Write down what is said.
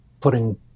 putting